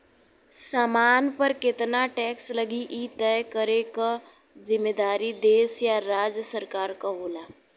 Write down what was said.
सामान पर केतना टैक्स लगी इ तय करे क जिम्मेदारी देश या राज्य सरकार क होला